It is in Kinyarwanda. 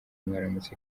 mwaramutse